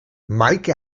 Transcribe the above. meike